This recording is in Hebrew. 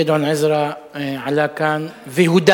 גדעון עזרא עלה כאן והודה